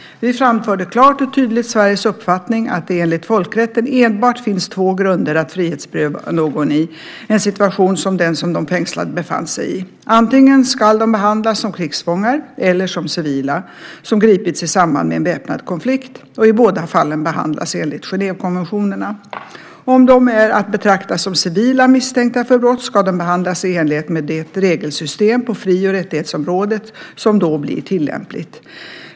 Vi framförde klart och tydligt Sveriges uppfattning att det enligt folkrätten enbart finns två grunder att frihetsberöva någon i en situation som den som de fängslade befann sig i: Antingen ska de behandlas som krigsfångar eller som civila, som gripits i samband med en väpnad konflikt, och i båda fallen behandlas enligt Genèvekonventionerna. Om de är att betrakta som civila misstänkta för brott, ska de behandlas i enlighet med det regelsystem på fri och rättighetsområdet som då blir tillämpligt.